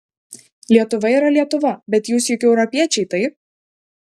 lietuva yra lietuva bet jūs juk europiečiai taip